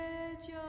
edge